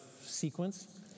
sequence